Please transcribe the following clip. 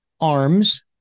arms